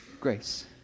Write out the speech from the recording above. grace